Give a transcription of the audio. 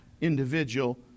individual